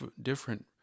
different